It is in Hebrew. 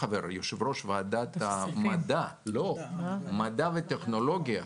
יושב-ראש ועדת המדע והטכנולוגיה,